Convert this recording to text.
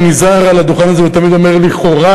נזהר על הדוכן הזה ואני תמיד אומר "לכאורה",